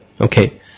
okay